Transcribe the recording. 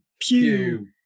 pew